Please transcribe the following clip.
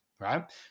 right